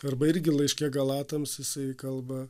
arba irgi laiške galatams jisai kalba